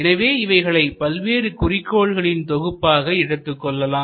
எனவே இவைகளை பல்வேறு குறிக்கோள்களின் தொகுப்பாக எடுத்துக்கொள்ளலாம்